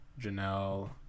janelle